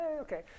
okay